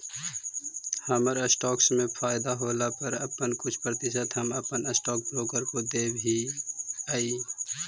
हमर स्टॉक्स में फयदा होला पर अपन कुछ प्रतिशत हम अपन स्टॉक ब्रोकर को देब हीअई